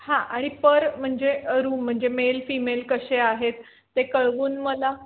हां आणि पर म्हणजे रूम म्हणजे मेल फिमेल कसे आहेत ते कळवून मला